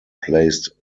placed